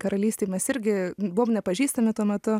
karalystėj mes irgi buvome nepažįstami tuo metu